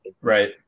Right